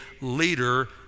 leader